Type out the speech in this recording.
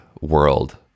world